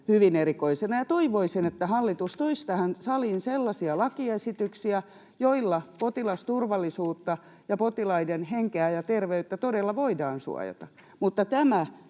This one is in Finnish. hyvin erikoisena. Toivoisin, että hallitus toisi tähän saliin sellaisia lakiesityksiä, joilla potilasturvallisuutta ja potilaiden henkeä ja terveyttä todella voidaan suojata.